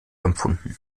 empfunden